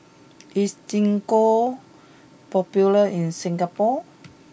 is gingko popular in Singapore